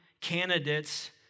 Candidates